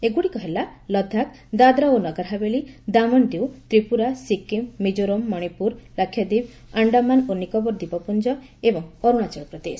ଏଗୁଡ଼ିକ ହେଲା ଲଦାଖ ଦାଦ୍ରା ଓ ନଗରହାବେଳି ଦାମନ୍ତିଉ ତ୍ରିପୁରା ସିକିମ୍ ମିକ୍ଜୋରାମ ମଣିପୁର ଲକ୍ଷାଦୀପ ଆଣ୍ଡାମାନ ଓ ନିକୋବର ଦ୍ୱୀପପ୍ତଞ୍ଜ ଏବଂ ଅରୁଣାଚଳ ପ୍ରଦେଶ